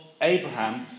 Abraham